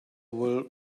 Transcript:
will